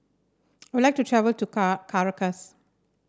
I would like to travel to Car Caracas